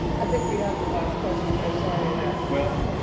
i think we have the last question here. sorry in that. well,